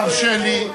אדוני השר, תרשה לי.